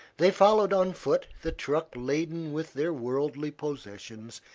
they followed on foot the truck laden with their worldly possessions,